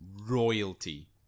royalty